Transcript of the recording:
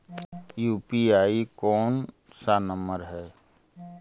UPI कोन सा number हैं?